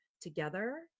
together